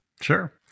Sure